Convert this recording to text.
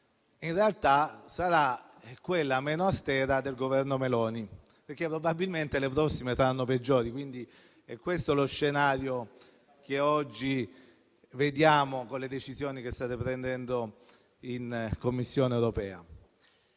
in realtà sarà quella meno austera del Governo Meloni, perché probabilmente le prossime saranno peggiori. È questo lo scenario che oggi vediamo con le decisioni che state prendendo in Commissione europea.